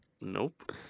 Nope